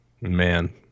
Man